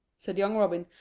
said young robin,